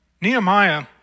Nehemiah